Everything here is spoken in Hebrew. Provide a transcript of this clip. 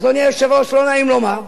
אדוני היושב-ראש, לא נעים לומר,